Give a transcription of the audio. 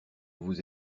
vous